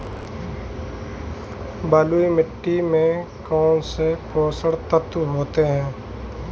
बलुई मिट्टी में कौनसे पोषक तत्व होते हैं?